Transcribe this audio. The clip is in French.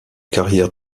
carrières